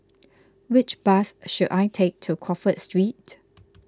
which bus should I take to Crawford Street